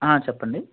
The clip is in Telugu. చెప్పండి